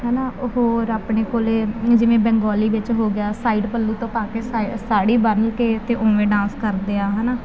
ਹੈ ਨਾ ਹੋਰ ਆਪਣੇ ਕੋਲ ਜਿਵੇਂ ਬੰਗਾਲ ਵਿੱਚ ਹੋ ਗਿਆ ਸਾਈਡ ਪੱਲੂ ਤੋਂ ਪਾ ਕੇ ਸਾ ਸਾੜੀ ਬੰਨ੍ਹ ਕੇ ਅਤੇ ਉਵੇਂ ਡਾਂਸ ਕਰਦੇ ਆਂ ਹੈ ਨਾ